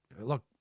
look